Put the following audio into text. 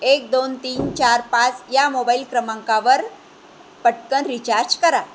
एक दोन तीन चार पाच या मोबाईल क्रमांकावर पटकन रिचार्ज करा